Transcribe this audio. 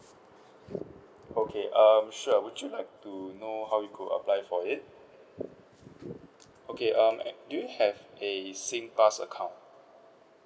okay um sure would you like to know how you go apply for it okay um do you have the Singpass account